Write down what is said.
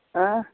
हां